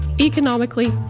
economically